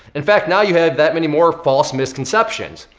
in fact, now you have that many more false misconceptions.